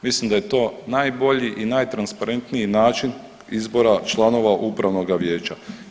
Mislim da je to najbolji i najtransparentniji način izbora članova Upravnoga vijeća.